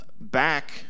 Back